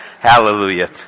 Hallelujah